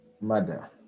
mother